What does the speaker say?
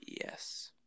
Yes